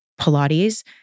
Pilates